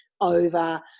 over